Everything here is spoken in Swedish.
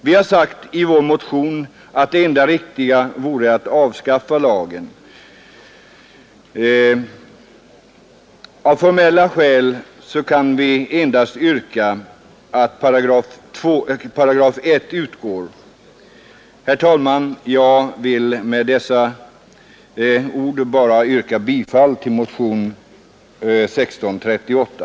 Vi har i vår motion sagt att det enda riktiga vore att avskaffa lagen, men av formella skäl har vi endast kunnat yrka att 1 § utgår. Herr talman! Med dessa ord vill jag yrka bifall till motionen 1638.